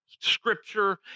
Scripture